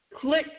click